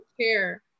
care